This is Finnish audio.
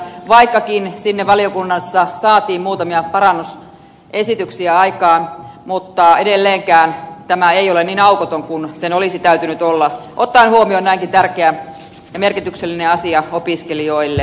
vaikkakin valiokunnassa saatiin muutamia parannusesityksiä aikaan edelleenkään tämä ei ole niin aukoton kuin sen olisi täytynyt olla ottaen huomioon että tämä on näinkin tärkeä ja merkityksellinen asia opiskelijoille